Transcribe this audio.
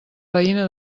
veïna